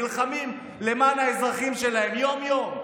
נלחמים למען האזרחים שלהם יום-יום,